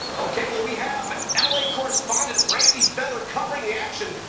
okay, well, we have l a. correspondent randy feather covering the action.